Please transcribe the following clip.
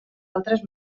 altres